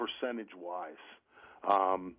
percentage-wise